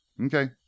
okay